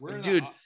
dude